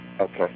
Okay